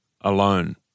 alone